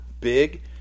big